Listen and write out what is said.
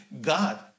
God